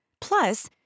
Plus